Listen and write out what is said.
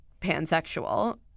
pansexual